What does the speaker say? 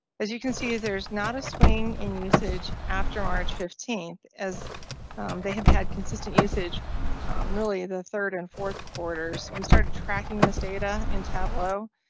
as you can see, there is not a swingin usage after march fifteenth as they have had consistent usage really. the third and fourth quarters we started tracking this data in tableau.